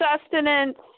sustenance